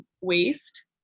waste